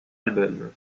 albums